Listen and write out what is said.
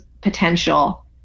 potential